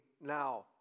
now